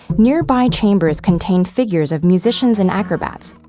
nearby chambers contain figures of musicians and acrobats,